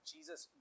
Jesus